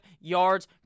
yards